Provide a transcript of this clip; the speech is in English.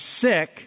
sick